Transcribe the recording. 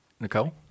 Nicole